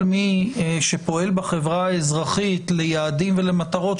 מי שפועל בחברה האזרחית ליעדים ולמטרות,